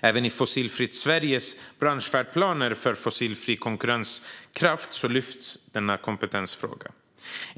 Även i Fossilfritt Sveriges branschfärdplaner för fossilfri konkurrenskraft lyft denna kompetensfråga.